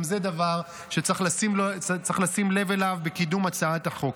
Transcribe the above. גם זה דבר שצריך לשים לב אליו בקידום הצעת החוק.